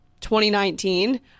2019